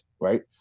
right